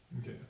Okay